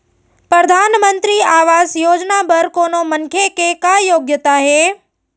परधानमंतरी आवास योजना बर कोनो मनखे के का योग्यता हे?